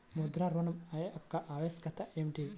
ముద్ర ఋణం యొక్క ఆవశ్యకత ఏమిటీ?